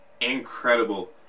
incredible